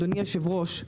אדוני היושב-ראש,